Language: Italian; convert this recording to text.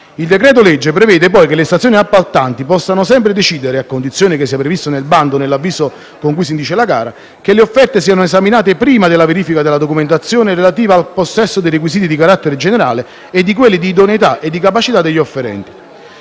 Il decreto-legge prevede poi che le stazioni appaltanti possano sempre decidere, a condizione che sia previsto nel bando o nell'avviso con cui si indice la gara, che le offerte siano esaminate prima della verifica della documentazione relativa al possesso dei requisiti di carattere generale e di quelli di idoneità e di capacità degli offerenti.